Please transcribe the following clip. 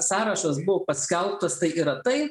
sąrašas buvo paskelbtas tai yra tai